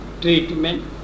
treatment